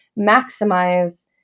maximize